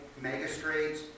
magistrates